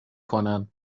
کنن